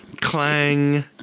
Clang